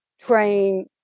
train